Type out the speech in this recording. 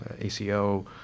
ACO